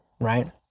right